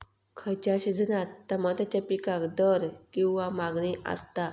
खयच्या सिजनात तमात्याच्या पीकाक दर किंवा मागणी आसता?